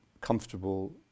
comfortable